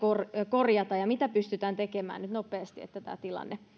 korjata ja mitä pystytään tekemään nyt nopeasti että tämä tilanne